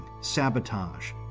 sabotage